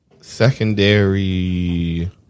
secondary